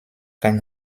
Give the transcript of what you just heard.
kein